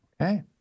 Okay